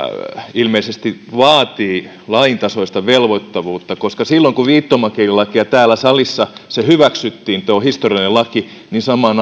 ilmeisesti vaatii laintasoista velvoittavuutta koska silloin kun viittomakielilaki täällä salissa hyväksyttiin tuo historiallinen laki samaan